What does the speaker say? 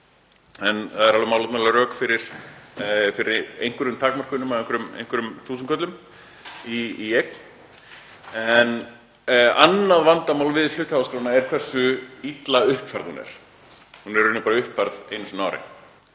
en það eru alveg málefnaleg rök fyrir einhverjum takmörkunum á einhverjum þúsundköllum í eign. Annað vandamál við hluthafaskrána er hversu illa uppfærð hún er. Hún er í raun bara uppfærð einu sinni